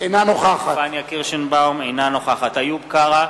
אינה נוכחת איוב קרא,